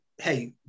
hey